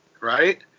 right